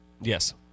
Yes